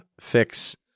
fix